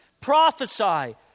Prophesy